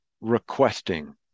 requesting